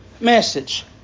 message